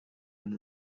and